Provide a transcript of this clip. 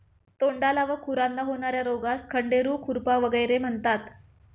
तोंडाला व खुरांना होणार्या रोगास खंडेरू, खुरपा वगैरे म्हणतात